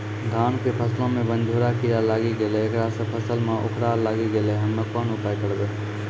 धान के फसलो मे बनझोरा कीड़ा लागी गैलै ऐकरा से फसल मे उखरा लागी गैलै हम्मे कोन उपाय करबै?